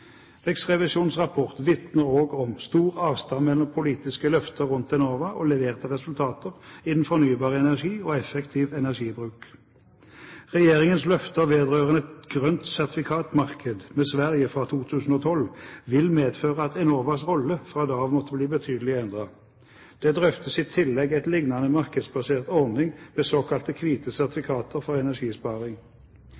Riksrevisjonens rapport vitner også om stor avstand mellom politiske løfter rundt Enova og leverte resultater innen fornybar energi og effektiv energibruk. Regjeringens løfter vedrørende et grønt sertifikatmarked med Sverige fra 2012 vil medføre at Enovas rolle fra da av vil måtte bli betydelig endret. Det drøftes i tillegg en lignende markedsbasert ordning med såkalte